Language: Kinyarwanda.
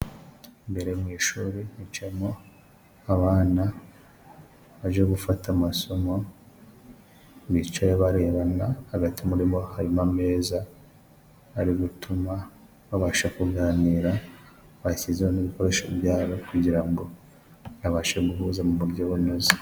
Imbere mu ishuri hicayemo abana baje gufata amasomo, bicaye barebana hagati muri bo harimo ameza ari gutuma babasha kuganira, bashyizeho ibikoresho byabo, kugira ngo babashe guhuza mu buryo bunoze.